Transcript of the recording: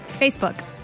Facebook